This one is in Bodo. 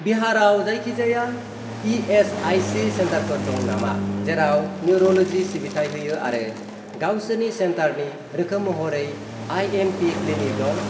बिहाराव जायखिजाया इएसआइसि सेन्टारफोर दं नामा जेराव निउरल'जि सिबिथाय होयो आरो गावसोरनि सेन्टारनि रोखोम महरै आइएमपि क्लिनिक दं